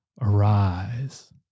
arise